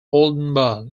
oldenburg